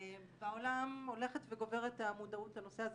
בעולם הולכת וגוברת המודעות לנושא הזה